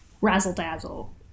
razzle-dazzle